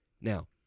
now